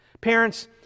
Parents